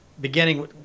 beginning